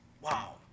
Wow